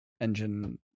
engine